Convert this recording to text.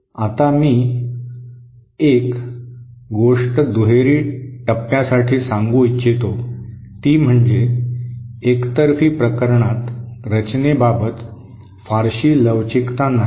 आता मी एक गोष्ट दुहेरी टप्प्यासाठी सांगू इच्छितो ती म्हणजे एकतर्फी प्रकरणात रचनेबाबत फारशी लवचिकता नाही